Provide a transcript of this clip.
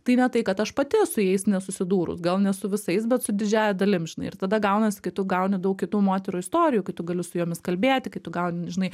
tai ne tai kad aš pati su jais nesusidūrus gal ne su visais bet su didžiąja dalim žinai ir tada gaunasi kai tu gauni daug kitų moterų istorijų kai tu gali su jomis kalbėti kai tu gauni žinai